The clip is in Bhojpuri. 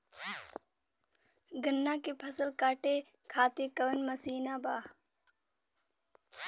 गन्ना के फसल कांटे खाती कवन मसीन बढ़ियां बा?